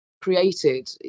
created